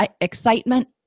excitement